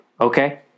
Okay